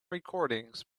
recordings